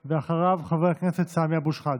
ואחריו, חבר הכנסת סמי אבו שחאדה.